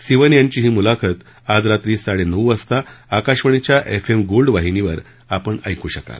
सिवन यांची ही मुलाखत आज रात्री साडेनऊ वाजता आकाशवाणीच्या एफ एम गोल्ड वाहिनीवर आपण ऐकू शकाल